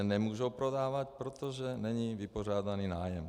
Nemohou se prodávat, protože není vypořádaný nájem.